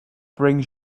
brings